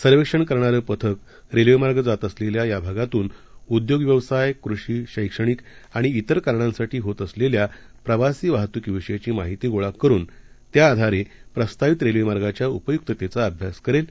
सर्वेक्षण करणारं पथक रेल्वेमार्ग जात असलेल्या या भागातून उद्योग व्यवसाय कृषी शैक्षणिक आणि इतर कारणांसाठी होत असलेल्या प्रवासी वाहतुकी विषयीची माहिती गोळा करून त्याआधारे प्रस्तावित रेल्वे मार्गाच्या उपयुक्तेचा अभ्यास करेल